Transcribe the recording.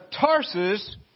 Tarsus